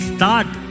Start